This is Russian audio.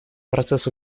процесс